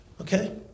okay